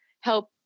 help